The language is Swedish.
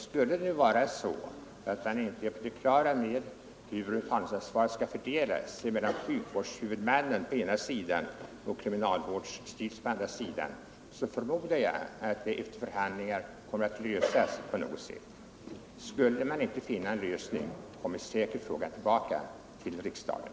Skulle det nu vara så att man inte är på det klara med hur betalningsansvaret skall fördelas mellan sjukvårdshuvudmannen å ena sidan och kriminalvårdsstyrelsen å den andra, så förmodar jag att frågan kommer att lösas genom förhandlingar. Skulle det inte gå att finna en lösning på det sättet, kommer frågan säkert tillbaka till riksdagen.